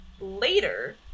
later